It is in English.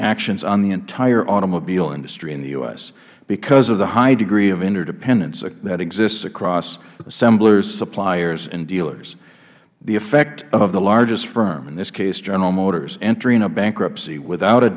actions on the entire automobile industry in the u s because of the high degree of interdependence that exists across assemblers suppliers and dealers the effect of the largest firm in this case general motors entering a bankruptcy without a